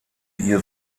ihr